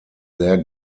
sehr